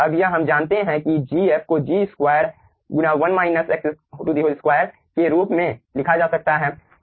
अब यहाँ हम जानते हैं कि Gf को G2 2 के रूप में लिखा जा सकता है